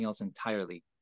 entirely